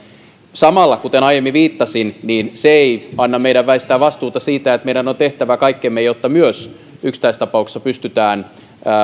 samalla kuten aiemmin viittasin se ei anna meidän väistää vastuuta siitä että meidän on on tehtävä kaikkemme jotta myös yksittäistapauksissa pystytään